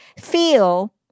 feel